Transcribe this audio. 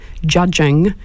judging